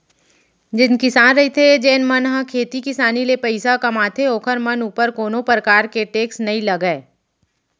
जेन किसान रहिथे जेन मन ह खेती किसानी ले पइसा कमाथे ओखर मन ऊपर कोनो परकार के टेक्स नई लगय